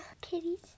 Kitties